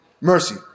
mercy